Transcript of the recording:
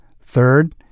Third